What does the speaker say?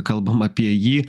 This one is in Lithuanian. kalbam apie jį